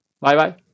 Bye-bye